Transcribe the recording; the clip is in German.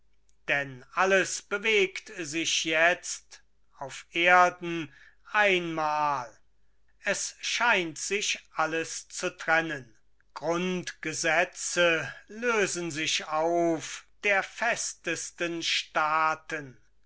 denn alles bewegt sich jetzt auf erden einmal es scheint sich alles zu trennen grundgesetze lösen sich auf der festesten staaten